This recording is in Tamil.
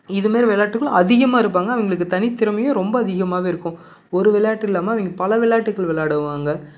இது மாரி விளாட்டுகள் அதிகமாக இருப்பாங்க அவங்களுக்கு தனித்திறமையும் ரொம்ப அதிகமாவே இருக்கும் ஒரு விளாட்டு இல்லாமல் அவங்க பல விளாட்டுகள் விளாடுவாங்க